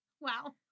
Wow